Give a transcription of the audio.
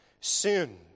sin